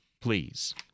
please